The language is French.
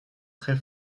très